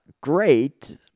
great